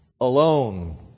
alone